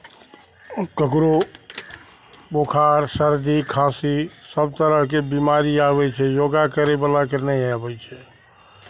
ककरो बुखार सरदी खाँसी सभ तरहके बिमारी आबै छै योगा करयवलाके नहि आबै छै